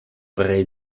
pri